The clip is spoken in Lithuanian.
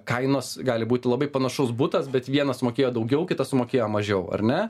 kainos gali būti labai panašus butas bet vienas sumokėjo daugiau kitas sumokėjo mažiau ar ne